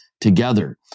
together